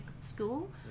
school